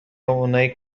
اونای